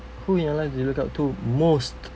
who you in your life do you look up to most